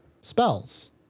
spells